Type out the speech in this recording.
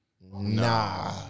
Nah